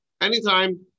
anytime